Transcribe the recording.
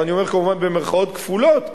ואני אומר כמובן במירכאות כפולות,